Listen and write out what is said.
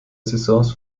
saisons